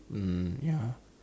mm ya